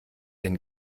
den